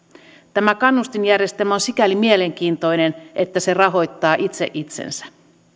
tämä kannustinjärjestelmä on sikäli mielenkiintoinen että se rahoittaa itse itsensä